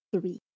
Three